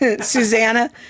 Susanna